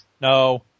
No